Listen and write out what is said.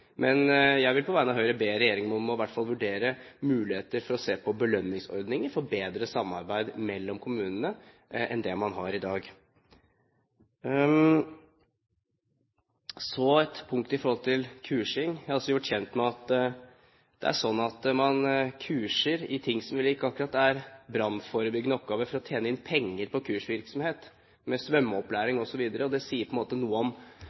Men jeg vil på vegne av Høyre be regjeringen om iallfall å vurdere muligheter for å se på belønningsordninger for bedre samarbeid mellom kommunene enn det man har i dag. Så et punkt i forhold til kursing. Jeg er også gjort kjent med at man kurser i ting som ikke akkurat er brannforebyggende oppgaver, for å tjene inn penger på kursvirksomhet – svømmeopplæring osv. Det sier på en måte noe om